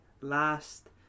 last